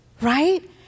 Right